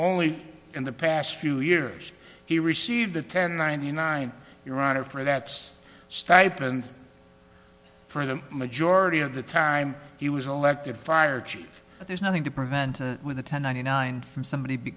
only in the past few years he received the ten ninety nine your honor for that's stipend for the majority of the time he was elected fire chief but there's nothing to prevent with a ten ninety nine from somebody be